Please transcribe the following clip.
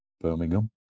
Birmingham